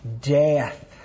death